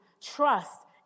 trust